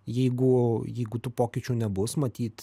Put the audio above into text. jeigu jeigu tų pokyčių nebus matyt